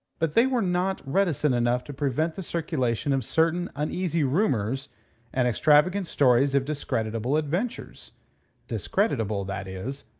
but they were not reticent enough to prevent the circulation of certain uneasy rumours and extravagant stories of discreditable adventures discreditable, that is,